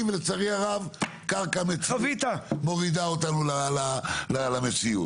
ולצערי הרב הקרקע מורידה אותנו למציאות.